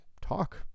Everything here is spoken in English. talk